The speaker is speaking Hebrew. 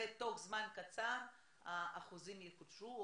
ותוך זמן קצר החוזים יחודשו,